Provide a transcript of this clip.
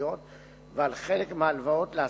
הצרכניות ועל חלק מההלוואות לעסקים.